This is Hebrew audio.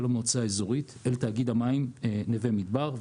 המועצה האזורית אל תאגיד המים נווה מדבר,